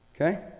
Okay